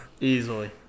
Easily